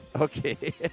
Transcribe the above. Okay